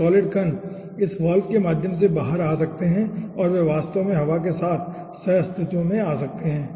वे solid कण इस valve के माध्यम से बाहर आ सकते हैं और वे वास्तव में हवा के साथ सह अस्तित्व में आ सकते हैं